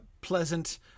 pleasant